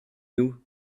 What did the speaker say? nous